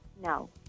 No